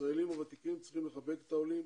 הישראלים הוותיקים צריכים לחבק את העולים,